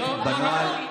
ברא.